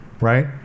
right